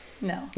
No